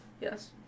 Yes